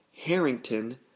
Harrington